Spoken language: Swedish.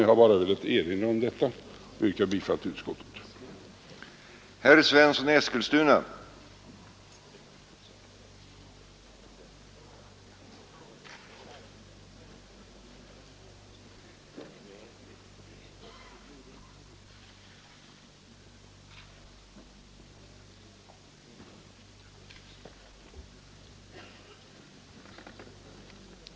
Jag har bara velat erinra om detta, och jag yrkar bifall till utskottets förslag.